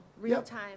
real-time